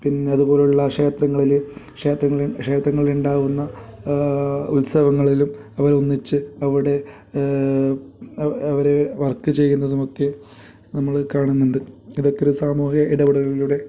പിന്നെ അതുപോലെയുള്ള ക്ഷേത്രങ്ങളിൽ ക്ഷേത്രങ്ങളു ക്ഷേത്രങ്ങളുണ്ടാകുന്ന ഉത്സവങ്ങളിലും അവരൊന്നിച്ച് അവിടെ അ അവരെ വർക്ക് ചെയ്യുന്നതുമൊക്കെ നമ്മൾ കാണുന്നുണ്ട് ഇതൊക്കെ ഒരു സാമൂഹിക ഇടപെടലിലൂടെ